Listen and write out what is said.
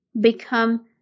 become